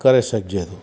करे सघिजे थो